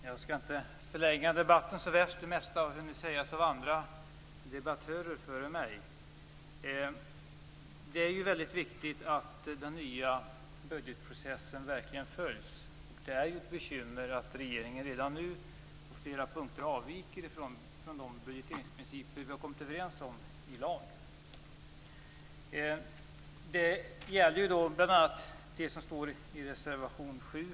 Herr talman! Jag skall inte förlänga debatten så värst mycket. Det mesta har hunnit sägas av andra debattörer före mig. Det är viktigt att den nya budgetprocessen verkligen följs. Det är ett bekymmer att regeringen redan nu på flera punkter avviker från de budgeteringsprinciper vi har kommit överens om i lag. Det gäller bl.a. det som står i reservation 7.